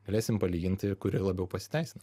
galėsim palyginti kuri labiau pasiteisina